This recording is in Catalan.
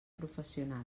professional